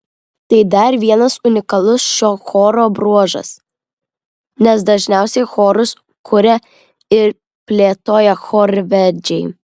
tai dar vienas unikalus šio choro bruožas nes dažniausiai chorus kuria ir plėtoja chorvedžiai